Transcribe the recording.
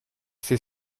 c’est